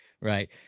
Right